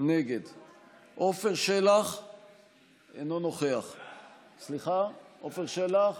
על כיבוש, על פגיעה בסמל דתי ולאומי,